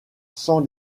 sans